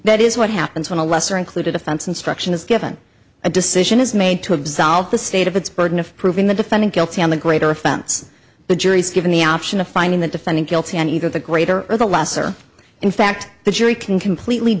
that is what happens when a lesser included offense instruction is given a decision is made to absolve the state of its burden of proving the defendant guilty on the greater offense the jury's given the option of finding the defendant guilty on either the greater or the lesser in fact the jury can completely